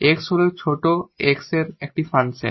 X হল ছোট x এর একটি ফাংশন